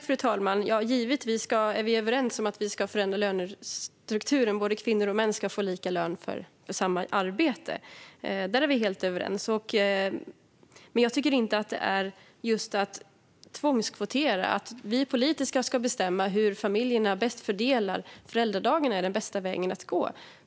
Fru talman! Givetvis är vi överens om att vi ska förändra lönestrukturen. Kvinnor och män ska få lika lön för samma arbete. Där är vi helt överens. Men jag tycker inte att just att tvångskvotera, att vi politiker ska bestämma hur familjerna bäst fördelar föräldradagarna, är den bästa vägen att gå.